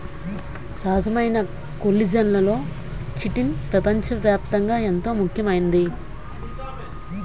సహజమైన కొల్లిజన్లలో చిటిన్ పెపంచ వ్యాప్తంగా ఎంతో ముఖ్యమైంది